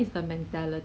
mm